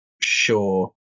sure